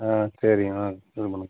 ஆ சரிங்க